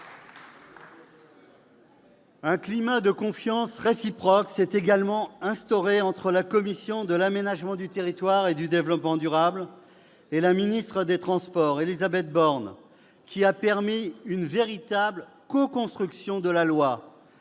Un climat de confiance réciproque s'est également instauré entre la commission de l'aménagement du territoire et du développement durable et la ministre des transports, Élisabeth Borne, qui a permis une véritable coconstruction de la loi.